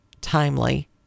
timely